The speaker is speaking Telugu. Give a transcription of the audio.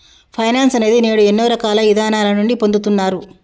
ఫైనాన్స్ అనేది నేడు ఎన్నో రకాల ఇదానాల నుండి పొందుతున్నారు